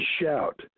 shout